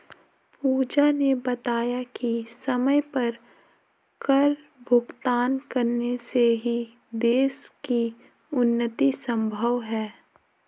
पूजा ने बताया कि समय पर कर भुगतान करने से ही देश की उन्नति संभव है